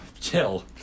Chill